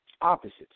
opposites